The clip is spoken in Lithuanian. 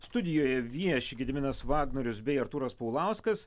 studijoje vieši gediminas vagnorius bei artūras paulauskas